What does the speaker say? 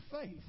faith